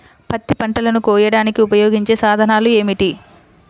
పత్తి పంటలను కోయడానికి ఉపయోగించే సాధనాలు ఏమిటీ?